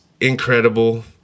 incredible